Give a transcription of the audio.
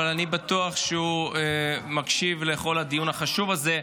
אבל אני בטוח שהוא מקשיב לכל הדיון החשוב הזה,